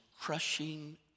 crushing